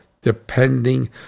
depending